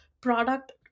product